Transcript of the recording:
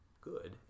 good